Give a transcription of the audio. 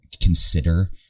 consider